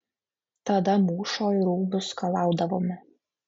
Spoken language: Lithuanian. tada mūšoj rūbus skalaudavome